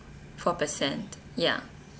four percent ya